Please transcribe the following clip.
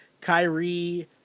Kyrie